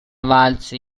valse